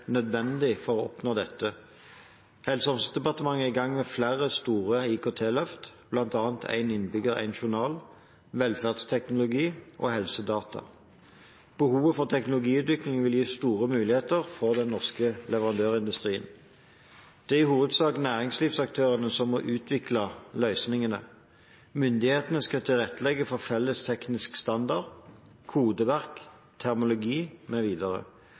gang med flere store IKT-løft, bl.a. Én innbygger – én journal, velferdsteknologi og helsedata. Behovet for teknologiutvikling vil gi store muligheter for den norske leverandørindustrien. Det er i hovedsak næringslivsaktørene som må utvikle løsningene. Myndighetene skal tilrettelegge for felles teknisk standard, kodeverk,